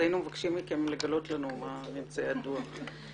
היינו מבקשים מכם לגלות לנו מה ממצאי הדוח.